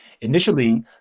Initially